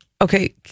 okay